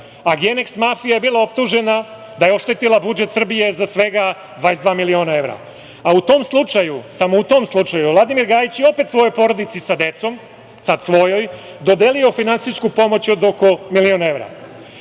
a „Geneks“ mafija je bila optužena da je oštetila budžet Srbije za svega 22 miliona evra.U tom slučaju, samo u tom slučaju, Vladimir Gajić je opet svojoj porodici sa decom, sada svojoj, dodelio finansijsku pomoć od oko milion evra.